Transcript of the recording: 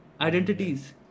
identities